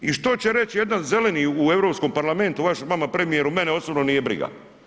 I što će reći jedan zeleni u Europskom parlamentu … vama premijeru mene osobno nije briga.